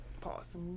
Pause